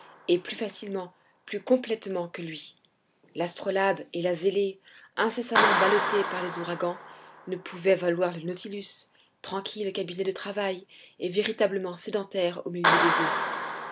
et plus facilement plus complètement que lui l'astrolabe et la zélée incessamment ballottées par les ouragans ne pouvaient valoir le nautilus tranquille cabinet de travail et véritablement sédentaire au milieu des eaux